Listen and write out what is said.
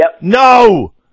No